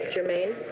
Jermaine